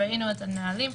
ראינו את הנהלים.